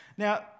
Now